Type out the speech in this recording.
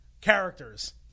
characters